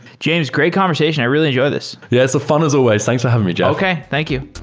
james, great conversation. i really enjoyed this yes. fun as always. thanks for having me, jeff okay. thank you